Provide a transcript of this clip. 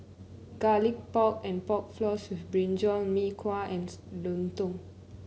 Garlic Pork and Pork Floss with brinjal Mee Kuah and lontong